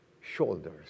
shoulders